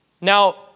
Now